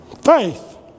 faith